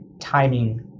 timing